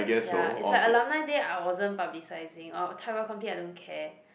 ya is like alumni day I wasn't publicising or tell you I don't care